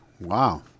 Wow